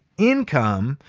income,